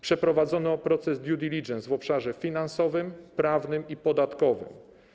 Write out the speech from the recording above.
Przeprowadzono proces due diligence w obszarze finansowym, prawnym i podatkowym.